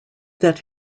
that